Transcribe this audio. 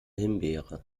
himbeere